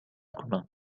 کنم